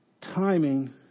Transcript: timing